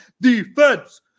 defense